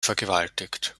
vergewaltigt